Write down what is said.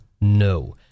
No